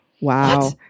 wow